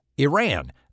Iran